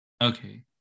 Okay